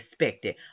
expected